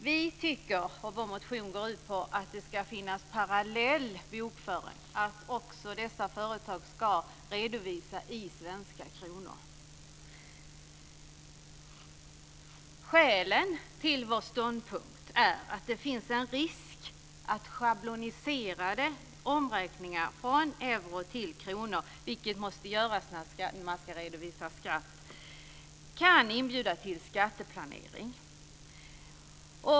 Vi tycker, vilket vår motion går ut på, att det ska finnas en parallell bokföring och att dessa företag ska redovisa även i svenska kronor. Skälen till vår ståndpunkt är att det finns en risk att schabloniserade omräkningar från euro till kronor, vilket måste göras när man ska redovisa skatt, kan inbjuda till skatteplanering.